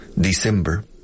December